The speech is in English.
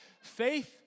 Faith